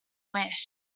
wish